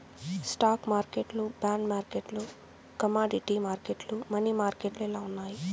stock మార్కెట్లు bond మార్కెట్లు commodity మార్కెట్లు, మనీ మార్కెట్లు ఇలా ఉన్నాయి